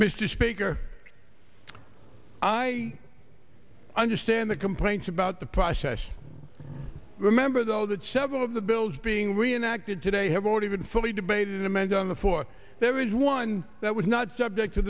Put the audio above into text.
mr speaker i understand the complaints about the process remember though that several of the bills being reenacted today have already been fully debated amended on the floor there is one that was not subject to